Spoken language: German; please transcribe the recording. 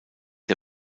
der